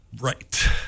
Right